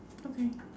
okay